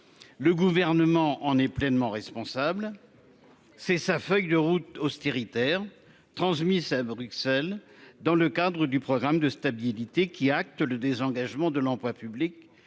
Le gouvernement en est pleinement responsable. C'est sa feuille de route austéritaire transmise à Bruxelles dans le cadre du programme de stabilité qui acte le désengagement de l'emploi public